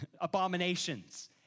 abominations